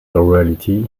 reality